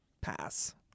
pass